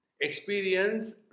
experience